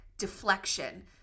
deflection